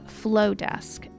Flowdesk